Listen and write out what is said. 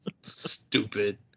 Stupid